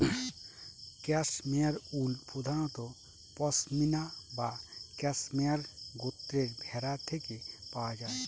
cashmere wool প্রধানত পসমিনা বা cashmere গোত্রের ভেড়া থেকে পাওয়া যায়